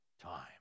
time